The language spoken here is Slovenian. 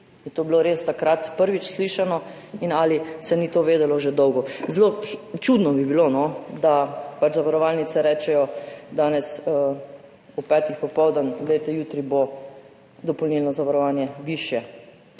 je to bilo res takrat prvič slišano in ali se ni to vedelo že dolgo. Zelo čudno bi bilo, no, da zavarovalnice rečejo danes ob petih popoldan, glejte, jutri bo dopolnilno zavarovanje višje.